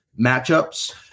matchups